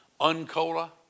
un-cola